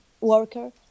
worker